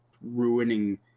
ruining